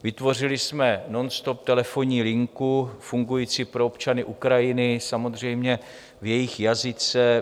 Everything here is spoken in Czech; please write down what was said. Vytvořili jsme i nonstop telefonní linku fungující pro občany Ukrajiny, samozřejmě v jejich jazyce.